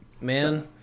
Man